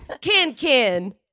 Can-can